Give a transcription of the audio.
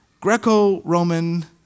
Greco-Roman